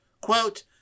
Quote